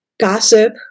gossip